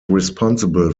responsible